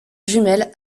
jumelle